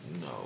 no